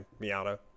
Miata